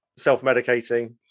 self-medicating